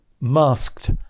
masked